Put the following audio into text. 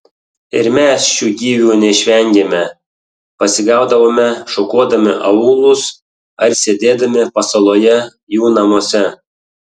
ir mes šių gyvių neišvengėme pasigaudavome šukuodami aūlus ar sėdėdami pasaloje jų namuose